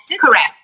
Correct